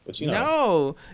No